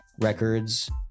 records